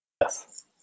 Yes